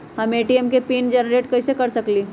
हम ए.टी.एम के pin generate कईसे कर सकली ह?